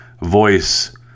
voice